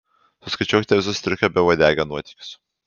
suskaičiuokite visus striukio beuodegio nuotykius